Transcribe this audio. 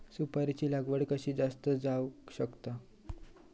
सुपारीची लागवड कशी जास्त जावक शकता?